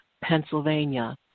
Pennsylvania